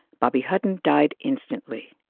bobby hutton died instantly.